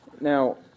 Now